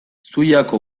zuiako